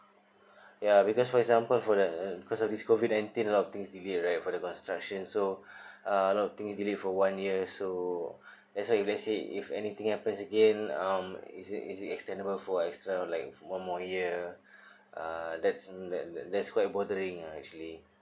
ya because for example for the because of this COVID Nineteen a lot of things delay right for the construction so uh a lot of thing delay for one year so that's why if let's say if anything happens again um is it is it extendable for extra like one more year uh that's that's quite bothering actually